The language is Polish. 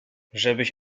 żebyś